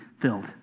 filled